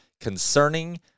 concerning